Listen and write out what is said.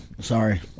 Sorry